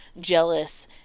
jealous